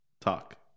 talk